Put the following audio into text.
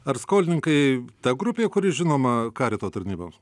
ar skolininkai ta grupė kuri žinoma karito tarnyboms